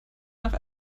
nach